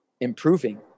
improving